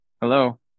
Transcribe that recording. Hello